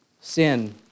Sin